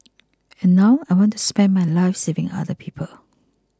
and now I want to spend my life saving other people